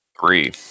Three